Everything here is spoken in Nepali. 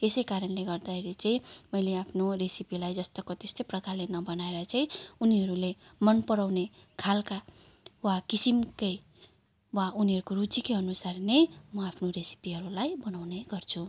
यसै कारणले गर्दाखेरि चाहिँ मैले आफ्नो रेसिपीलाई जस्ताको त्यस्तै प्रकारले नबनाएर चाहिँ उनीहरूले मनपराउने खालका वा किसिमकै वा उनीहरूको रुचिकै अनुसार नै म आफ्नो रेसिपीहरूलाई बनाउने गर्छु